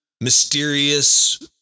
mysterious